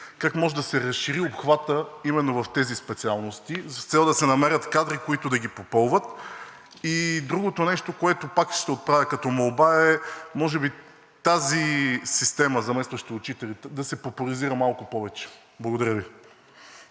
как може да се разшири обхватът именно в тези специалност, с цел да се намерят кадри, които да ги попълват. Другото нещо, което пак ще отправя като молба, е може би тази система „Заместващи учители“ да се популяризира малко повече. Благодаря Ви.